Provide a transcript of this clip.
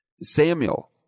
Samuel